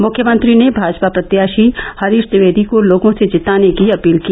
मुख्यमंत्री ने भाजपा प्रत्याषी हरीश द्विवेदी को लोगो से जिताने की अपील किया